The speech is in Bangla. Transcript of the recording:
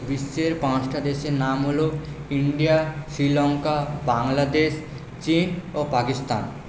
বিশ্বের পাঁচটা দেশের নাম হলো ইন্ডিয়া শ্রীলঙ্কা বাংলাদেশ চীন ও পাকিস্তান